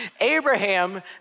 Abraham